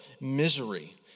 misery